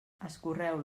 escorreu